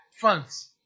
funds